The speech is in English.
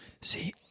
See